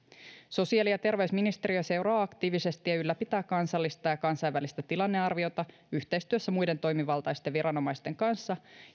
sosiaali ja terveysministeriö seuraa aktiivisesti ja ylläpitää kansallista ja kansainvälistä tilannearviota yhteistyössä muiden toimivaltaisten viranomaisten kanssa